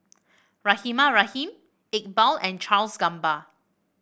Rahimah Rahim Iqbal and Charles Gamba